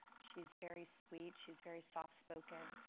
she's very sweet. she's very soft spoken.